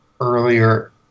earlier